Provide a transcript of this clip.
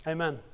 Amen